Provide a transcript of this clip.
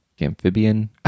amphibian